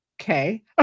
Okay